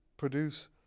produce